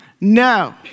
No